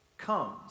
comes